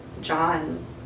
John